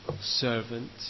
servant